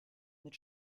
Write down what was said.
mit